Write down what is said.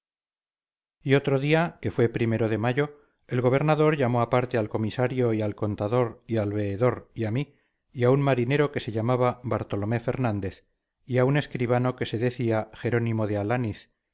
y otro día que fue primero de mayo el gobernador llamó aparte al comisario y al contador y al veedor y a mí y a un marinero que se llamaba bartolomé fernández y a un escribano que se decía jerónimo de alaniz